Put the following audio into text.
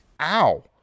Ow